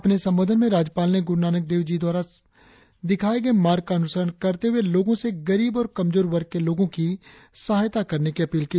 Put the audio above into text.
अपने संबोधन में राज्यपाल ने गुरु नानक देव जी द्वारा दिखाये गए मार्ग का अनुसरण करते हुए लोगों से गरीब और कमजोर वर्ग के लोगों की सहायता करने की अपील की